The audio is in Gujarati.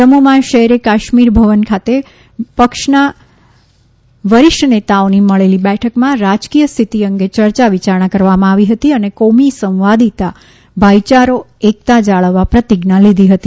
જમ્મુમાં શેરે કાશ્મીર ભવન ખાતે પક્ષના વરિષ્ઠ નેતાઓની મળેલી બેઠકમાં રાજકીય સ્થિતિ અંગે ચર્ચા વિચારણા કરવામાં આવી હતી અને કૌમી સંવાદીતા ભાઈયારો એકતા જાળવવા પ્રતિજ્ઞા લીધી હતી